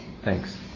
Thanks